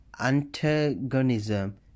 antagonism